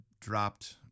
dropped